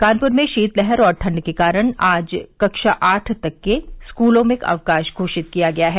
कानपुर में शीतलहर और ठंड के कारण आज कक्षा आठ तक के स्कूलों में अवकाश घोषित किया गया है